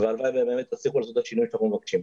והלוואי באמת שתצליחו לעשות את השינויים שאנחנו מבקשים.